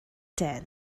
then